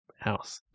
house